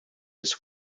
his